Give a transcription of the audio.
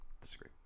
disagree